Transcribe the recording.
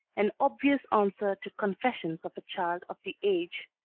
an obvious answer to confessions of a child of the age,